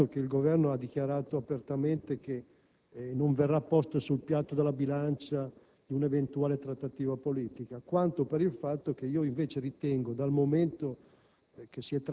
sul fatto che il Governo abbia dichiarato apertamente che questo non sarà posto sul piatto della bilancia di un'eventuale trattativa politica, quanto per il fatto che, dal momento